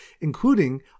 including